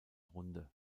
runde